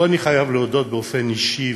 פה אני חייב להודות באופן אישי,